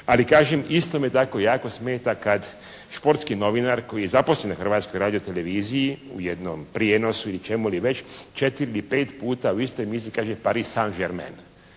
Ali kažem isto me tako jako smeta kad športski novinar koji je zaposlen na Hrvatskoj radioteleviziji u jednom prijenosu ili čemu li već četiri ili pet puta u istoj emisiji kaže …/Govornik se ne